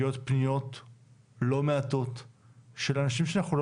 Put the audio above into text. מגיעות פניות לא מעטות של אנשים שאנחנו לא